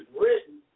written